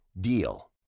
DEAL